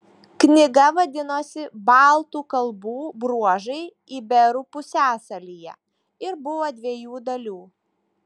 knyga vadinosi baltų kalbų bruožai iberų pusiasalyje ir buvo dviejų dalių